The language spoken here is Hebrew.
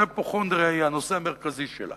שההיפוכונדריה היא הנושא המרכזי שלה